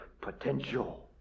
potential